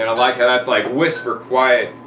and like how that's like whisper quiet.